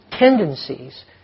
Tendencies